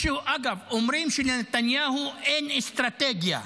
אגב, אומרים שלנתניהו אין אסטרטגיה.